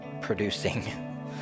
producing